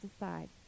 aside